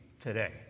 today